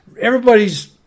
everybody's